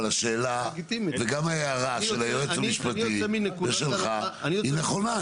אבל השאלה וגם ההערה של היועץ המשפטי ושלך היא נכונה.